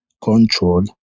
control